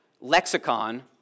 lexicon